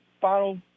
final